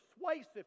persuasive